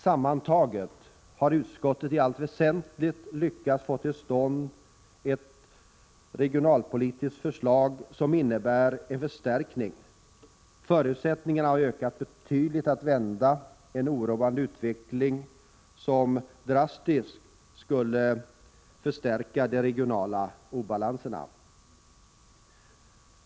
Sammantaget har utskottet i allt väsentligt lyckats få till stånd ett regionalpolitiskt förslag som innebär en förstärkning. Förutsättningarna har ökat betydligt för att vända en oroande utveckling som drastiskt skulle förstärka de regionala obalanserna.